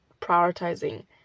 prioritizing